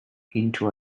into